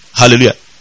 hallelujah